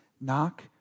knock